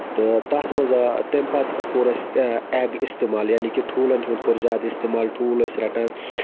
تہٕ تَتھ منٛز تَمہِ پَتہٕ کوٚر اَسہِ اٮ۪گ اِستعمال یعنے کہِ ٹھوٗلَن ہُند کوٚر زیادٕ اِستعمال ٹھوٗل ٲسۍ رَٹان